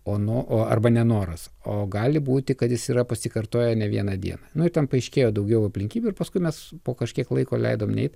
o nuo o arba nenoras o gali būti kad jis yra pasikartoja ne vieną dieną nu ir ten paaiškėjo daugiau aplinkybių ir paskui mes po kažkiek laiko leidom neit